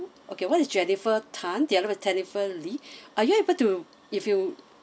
okay one is jennifer tan the other one is jennifer lee are you able to if you